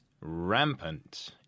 Rampant